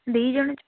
ଦିଇଜଣ